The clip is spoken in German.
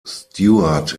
stuart